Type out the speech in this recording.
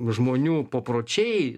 žmonių papročiai